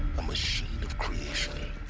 a machine of creation